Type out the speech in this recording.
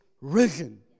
risen